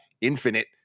infinite